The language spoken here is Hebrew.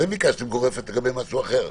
אתם ביקשתם גורפת לגבי משהו אחר.